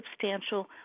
substantial